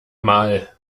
mal